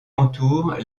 entoure